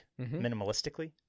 Minimalistically